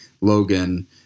Logan